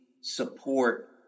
support